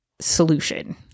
solution